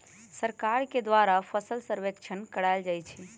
सरकार के द्वारा फसल सर्वेक्षण करायल जाइ छइ